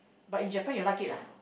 but in Japan you like it ah